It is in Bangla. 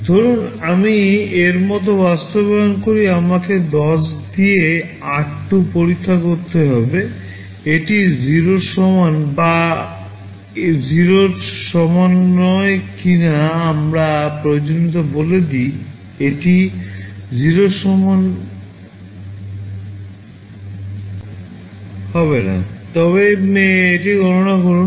ধরুন আমি এর মতো বাস্তবায়ন করি আমাকে 10 দিয়ে r2 পরীক্ষা করতে হবে এটি 0 এর সমান বা 0 এর সমান নয় কিনা আমার প্রয়োজনীয়তাটি বলে যদি এটি 0 এর সমান হবে না তবে এই গণনাটি করুন